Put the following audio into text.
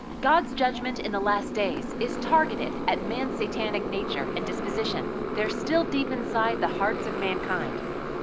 god's judgment in the last days is targeted at man's satanic nature and disposition. they're still deep inside the hearts of mankind.